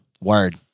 word